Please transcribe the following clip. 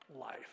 life